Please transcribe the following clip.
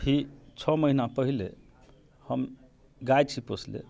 अभी छओ महीना पहले हम गाय छी पोषले